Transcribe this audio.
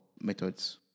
methods